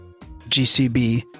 GCB